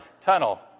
tunnel